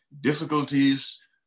Difficulties